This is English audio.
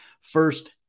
first